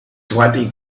twenty